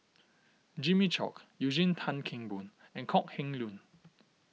Jimmy Chok Eugene Tan Kheng Boon and Kok Heng Leun